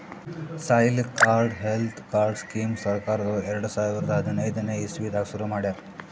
soil health card scheme ಸರ್ಕಾರ್ದವ್ರು ಎರಡ ಸಾವಿರದ್ ಹದನೈದನೆ ಇಸವಿದಾಗ ಶುರು ಮಾಡ್ಯಾರ್